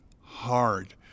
hard